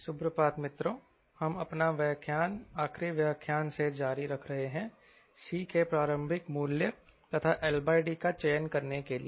सुप्रभात मित्रों हम अपना व्याख्यान आखरी व्याख्यान से जारी रख रहे हैं C के प्रारंभिक मूल्य तथा LD का चयन करने के लिए